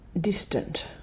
distant